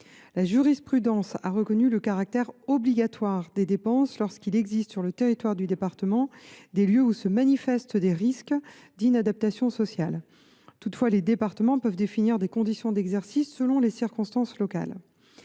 La jurisprudence a reconnu le caractère obligatoire de ces dépenses lorsqu’il existe sur le territoire du département des lieux où se manifestent des risques d’inadaptation sociale. Toutefois, les départements peuvent définir les conditions d’exercice de cette compétence selon les